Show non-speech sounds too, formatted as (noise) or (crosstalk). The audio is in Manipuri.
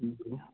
(unintelligible)